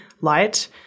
light